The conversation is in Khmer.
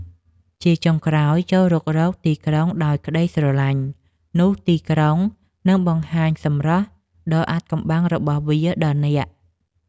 ជាចុងក្រោយ ចូររុករកទីក្រុងដោយក្ដីស្រឡាញ់ នោះទីក្រុងនឹងបង្ហាញសម្រស់ដ៏អាថ៌កំបាំងរបស់វាដល់អ្នក។